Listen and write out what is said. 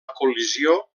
col·lisió